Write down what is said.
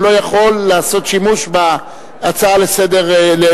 הוא לא יכול לעשות שימוש בהצעת אי-אמון,